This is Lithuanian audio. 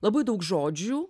labai daug žodžių